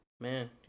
Man